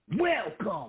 Welcome